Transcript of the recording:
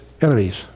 enemies